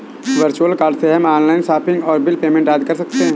virtual card से हम online shopping और बिल पेमेंट आदि कर सकते है